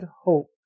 hope